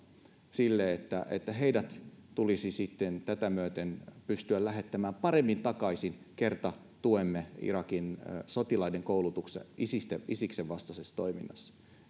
että että heidät tulisi tätä myöten pystyä lähettämään paremmin takaisin kerta tuemme irakin sotilaiden koulutusta isiksen vastaisessa toiminnassa